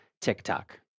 TikTok